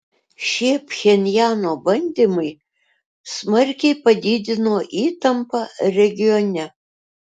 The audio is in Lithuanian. šie pchenjano bandymai smarkiai padidino įtampą regione